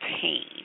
pain